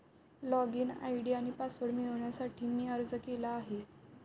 login ID आणि password मिळवण्यासाठी मी अर्ज केला आहे